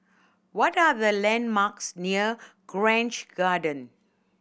what are the landmarks near Grange Garden